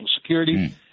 security